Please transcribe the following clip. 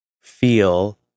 feel